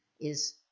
is